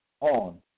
on